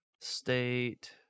state